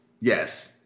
yes